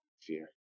fear